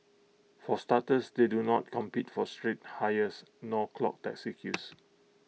for starters they do not compete for street hires nor clog taxi queues